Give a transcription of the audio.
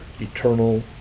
eternal